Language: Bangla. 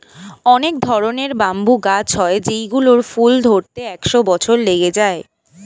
অনেক ধরনের ব্যাম্বু গাছ হয় যেই গুলোর ফুল ধরতে একশো বছর লেগে যায়